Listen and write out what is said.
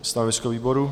Stanovisko výboru?